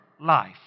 life